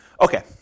Okay